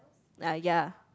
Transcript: ah ya